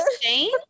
Shane